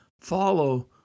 follow